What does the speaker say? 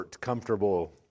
comfortable